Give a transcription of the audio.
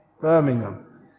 Birmingham